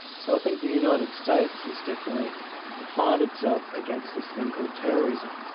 so i think the united states has definitely defined itself against this thing called terrorism,